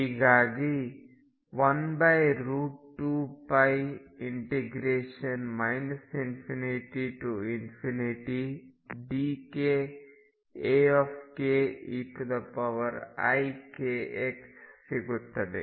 ಹೀಗಾಗಿ 12π ∞ dk Akeikx ಸಿಗುತ್ತದೆ